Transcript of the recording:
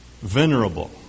venerable